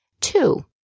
Two